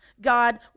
God